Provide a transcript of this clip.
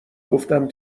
گفتم